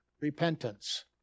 repentance